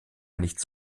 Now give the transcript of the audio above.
nichts